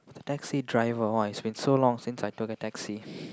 taxi driver !wah! it's been so long since I took a taxi